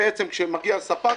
כשמגיע ספק,